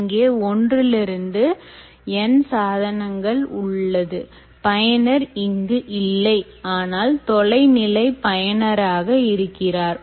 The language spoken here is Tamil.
இங்கே 1 இருந்து N சாதனங்கள் உள்ளது பயனர் இங்கு இல்லை ஆனால் தொலைநிலை பயனராக இருக்கிறார்